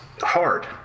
hard